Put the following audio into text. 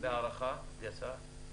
וההערכה גסה?